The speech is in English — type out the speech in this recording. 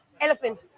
elephant